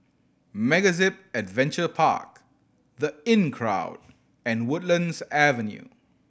MegaZip Adventure Park The Inncrowd and Woodlands Avenue